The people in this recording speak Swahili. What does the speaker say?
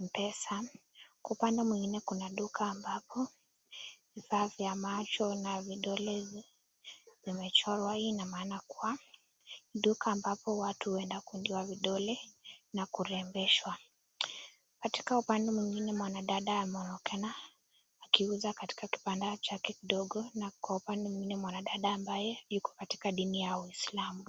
mpesa. Kwa upande mwingine kuna duka ambapo, vifaa vya macho na vidole vimechorwa, hii ina maana kuwa, duka ambapo, watu wenda kundiwa vidole na kurembeshwa. Katika upande mwingine mwanadada anaonekana akiuza katika kibanda chake kidogo na upande mwingine mwanadada ambaye yuko katika dini ya uislamu.